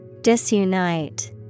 Disunite